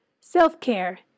Self-care